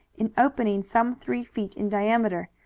an opening some three feet in diameter,